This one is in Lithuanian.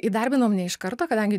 įdarbinom ne iš karto kadangi